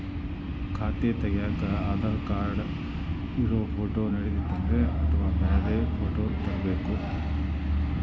ಖಾತೆ ತಗ್ಯಾಕ್ ಆಧಾರ್ ಕಾರ್ಡ್ ಇರೋ ಫೋಟೋ ನಡಿತೈತ್ರಿ ಅಥವಾ ಬ್ಯಾರೆ ಫೋಟೋ ತರಬೇಕೋ?